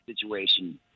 situation